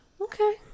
Okay